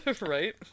Right